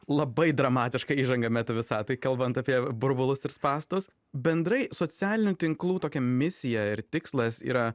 labai dramatiška įžanga meta visatai kalbant apie burbulus ir spąstus bendrai socialinių tinklų tokia misija ir tikslas yra